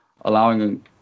allowing